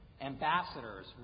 ambassadors